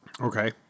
okay